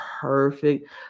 perfect